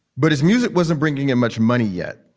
but his music wasn't bringing in much money yet.